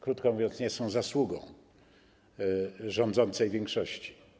Krótko mówiąc, nie są zasługą rządzącej większości.